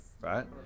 right